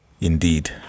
indeed